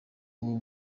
ubu